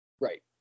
Right